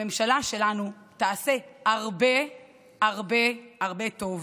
הממשלה שלנו תעשה הרבה הרבה הרבה טוב.